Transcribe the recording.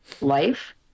life